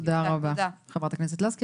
תודה רבה, חברת הכנסת לסקי.